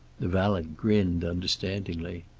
the valet grinned understandingly.